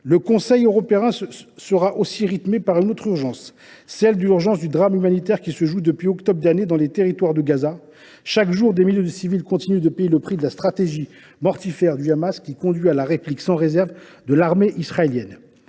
Le Conseil européen sera également marqué par une autre urgence, celle du drame humanitaire qui se joue depuis octobre dernier dans le territoire de Gaza. Chaque jour, des milliers de civils continuent de payer le prix de la stratégie mortifère du Hamas, qui conduit à la réplique sans réserve de l’armée israélienne.